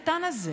הכסף הקטן הזה,